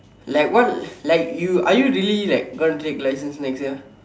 like what like you are you really like gonna take license next year